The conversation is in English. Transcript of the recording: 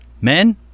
Men